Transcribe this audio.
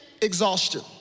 exhaustion